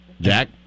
Jack